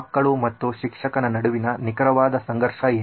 ಮಕ್ಕಳು ಮತ್ತು ಶಿಕ್ಷಕನ ನಡುವಿನ ನಿಖರವಾದ ಸಂಘರ್ಷ ಏನು